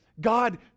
God